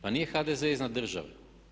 Pa nije HDZ iznad države.